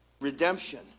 redemption